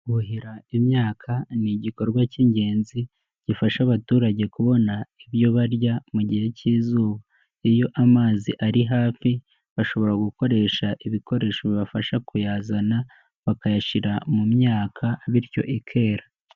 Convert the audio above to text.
Kuhira imyaka ni igikorwa cy'ingenzi, gifasha abaturage kubona ibyo barya mu gihe cy'izuba, iyo amazi ari hafi, bashobora gukoresha ibikoresho bibafasha kuyazana, bakayashira mu myaka bityo ikera.